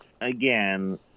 Again